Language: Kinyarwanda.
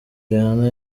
rihanna